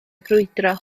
grwydro